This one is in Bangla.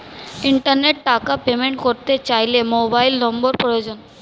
ইন্টারনেটে টাকা পেমেন্ট করতে চাইলে মোবাইল নম্বর প্রয়োজন